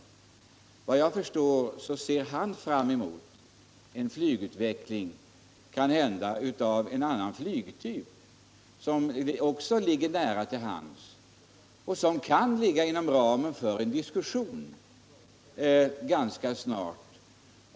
Såvitt jag förstår ser han fram emot en utveckling av en annan flygmaskinstyp — något som också ligger nära till hands och som kan ligga inom ramen för diskussion ganska snart.